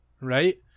right